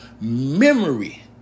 memory